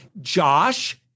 Josh